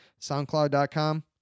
soundcloud.com